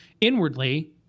inwardly